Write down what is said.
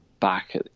back